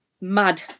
mad